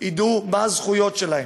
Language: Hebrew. ידעו מה הזכויות שלהם,